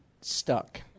stuck